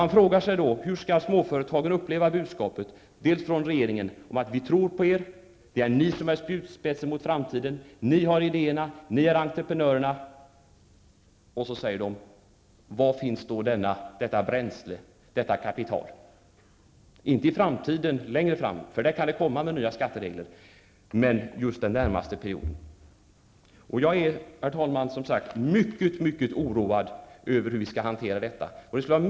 Då frågar man sig: Hur skall småföretagen tolka regeringens budskap om att man tror på småföretagen, att det är småföretagen som är spjutspetsen mot framtiden och att det är småföretagen som har idéerna och entreprenörerna? Man undrar då var detta bränsle och detta kapital finns, inte i framtiden -- det kan ju komma nya skatteregler -- utan just under den närmaste perioden. Herr talman! Som sagt är jag mycket oroad över hur detta skall hanteras.